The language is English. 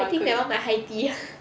I think that [one] my high tea